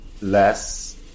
less